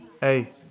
Hey